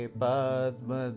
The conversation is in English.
padma